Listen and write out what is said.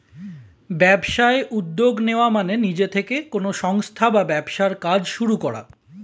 ব্যবসায় উদ্যোগ নেওয়া মানে নিজে থেকে কোনো সংস্থা বা ব্যবসার কাজ শুরু করা